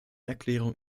erklärung